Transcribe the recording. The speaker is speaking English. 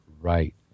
Right